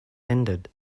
ended